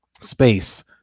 space